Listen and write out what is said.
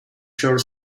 short